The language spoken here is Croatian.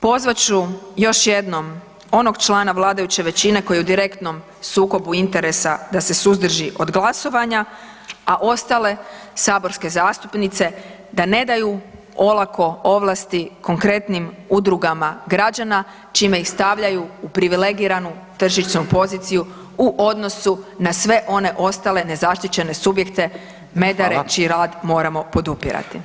Pozvat ću još jednom onog člana vladajuće većine koji je u direktnom sukobu interesa da se suzdrži od glasovanja, a ostale saborske zastupnice da ne daju olako ovlasti konkretnim udrugama građana, čime ih stavljaju u privilegiranu tržišnu poziciju u odnosu na sve one ostale nezaštićene subjekte, medare čiji rad moramo podupirati.